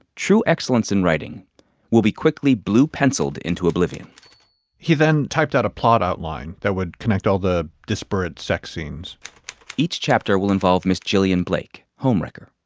true excellence in writing will be quickly blue penciled into oblivion he then typed out a plot outline that would connect all the disparate sex scenes each chapter will involve miss gillian blake homewrecker.